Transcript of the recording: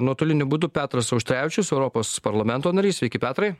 nuotoliniu būdu petras auštrevičius europos parlamento narys sveiki petrai